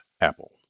apple